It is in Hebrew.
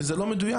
וזה לא מדויק.